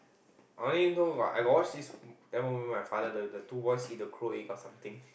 I only know got I got watch this Tamil movie my father the the two boys eat the crow egg or something